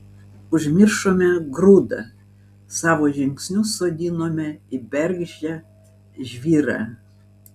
užmiršome grūdą savo žingsnius sodinome į bergždžią žvyrą